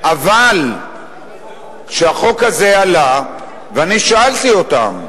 אבל כשהחוק הזה עלה, ואני שאלתי אותם: